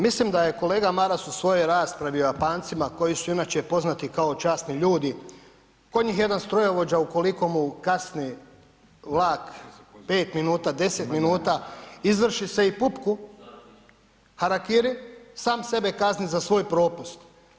Mislim da je kolega Maras u svojoj raspravi o Japancima koji su inače poznati kao časni ljudi, kod njih jedan strojovođa, ukoliko mu kasni vlak 5 minuta, 10 minuta izvrši, ... harakiri, sam sebe kazni za svoj propust.